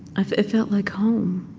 ah it felt like home.